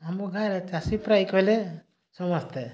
ଆମ ଗାଁରେ ଚାଷୀ ପ୍ରାୟ କହିଲେ ସମସ୍ତେ